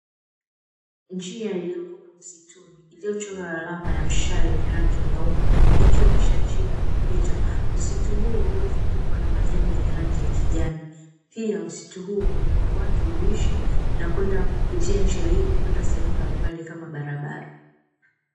Njia iliyoko msituni, iliyochorwa alama ya mshale wa rangi nyeupe ikionyesha njia ya kupita. Msitu huo uliozungukwa na majani yenye rangi ya kijani, pia msitu huo watu huishi na kwenda kupitia, njia hiyo kwenda sehemu mbalimbali kama barabara.